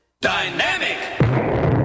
Dynamic